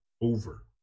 over